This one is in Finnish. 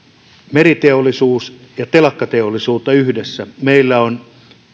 meriteollisuus ja telakkateollisuus yhdessä meillä on